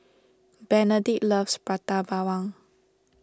Benedict loves Prata Bawang